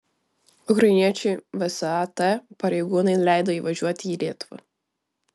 ukrainiečiui vsat pareigūnai leido įvažiuoti į lietuvą